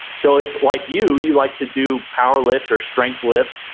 so, if like you, you like to do powerlift or strength lift,